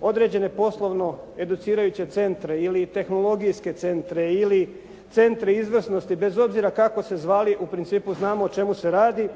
određene poslovno educirajuće centre, ili tehnologijske centre, ili centre izvrsnosti, bez obzira kako se zvali. U principu znamo o čemu se radi.